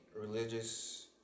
religious